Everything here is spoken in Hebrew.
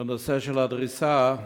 בנושא של הדריסה,